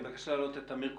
בבקשה להעלות את אמיר כוכבי,